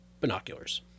binoculars